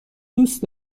دوست